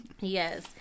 Yes